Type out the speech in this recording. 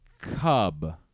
Cub